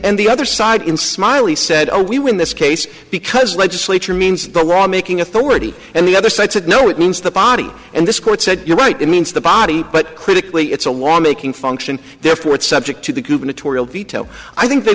and the other side in smiley said we win this case because legislature means the law making authority and the other side said no it means the body and this court said you're right it means the body but critically it's a war making function therefore it's subject to the gubernatorial veto i think th